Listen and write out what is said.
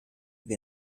wir